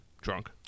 drunk